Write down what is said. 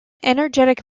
energetic